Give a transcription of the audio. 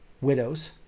widows